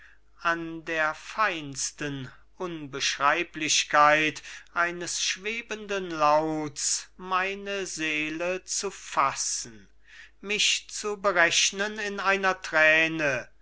wallung an der feinsten unbeschreiblichkeit eines schwebenden lauts meine seele zu fassen mich zu berechnen in einer thräne auf